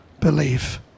believe